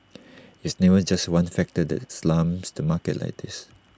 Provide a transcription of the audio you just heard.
it's never just one factor that slams the market like this